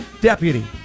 deputy